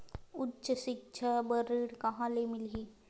उच्च सिक्छा बर ऋण कहां ले मिलही?